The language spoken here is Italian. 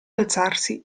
alzarsi